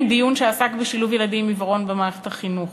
דיון שעסק בשילוב ילדים עם עיוורון במערכת החינוך,